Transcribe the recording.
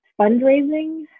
fundraising